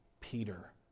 Peter